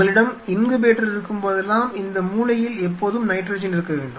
உங்களிடம் இன்குபேட்டர் இருக்கும்போதெல்லாம் இந்த மூலையில் எப்போதும் நைட்ரஜன் இருக்க வேண்டும்